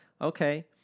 Okay